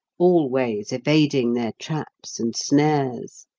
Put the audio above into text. always evading their traps and snares,